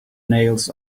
nails